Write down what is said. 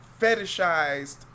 fetishized